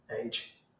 age